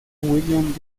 williams